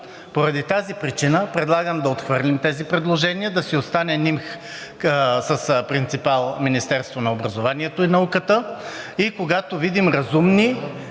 Поради тази причина предлагам да отхвърлим тези предложения. Да си останех НИМХ с принципал Министерството на образованието и науката. Когато видим разумни